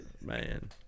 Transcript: man